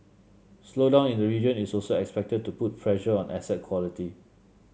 slowdown in the region is also expected to put pressure on asset quality